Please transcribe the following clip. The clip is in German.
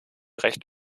recht